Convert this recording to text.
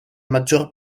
maggior